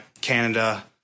Canada